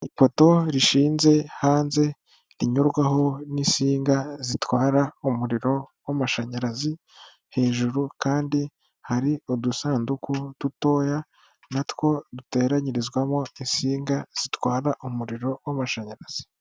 Ipoto rishinze hanze rinyurwaho n'insinga zitwara umuriro w'amashanyarazi hejuru kandi hari udusanduku dutoya, natwo duteranyirizwamo insinga zitwara umuriro w'amashanyarazi.